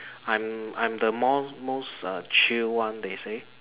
I'm I'm the more most uh chill one they say